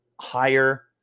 higher